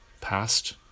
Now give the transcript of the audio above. past